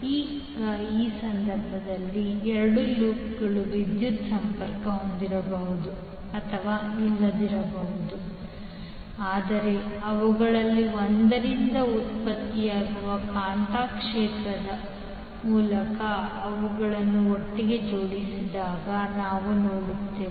ಈಗ ಈ ಸಂದರ್ಭದಲ್ಲಿ ಎರಡು ಲೂಪ್ಗಳು ವಿದ್ಯುತ್ ಸಂಪರ್ಕ ಹೊಂದಿರಬಹುದು ಅಥವಾ ಇಲ್ಲದಿರಬಹುದು ಆದರೆ ಅವುಗಳಲ್ಲಿ ಒಂದರಿಂದ ಉತ್ಪತ್ತಿಯಾಗುವ ಕಾಂತಕ್ಷೇತ್ರದ ಮೂಲಕ ಅವುಗಳನ್ನು ಒಟ್ಟಿಗೆ ಜೋಡಿಸಿದಾಗ ನಾವು ನೋಡುತ್ತೇವೆ